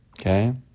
okay